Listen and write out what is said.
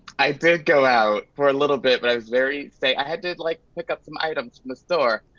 i did go out for a little bit, but i was very safe. i had did like pick up some items from the store,